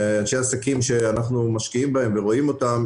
ואנשי עסקים שאנחנו משקיעים בהם ורואים אותם,